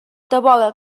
tabola